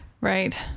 Right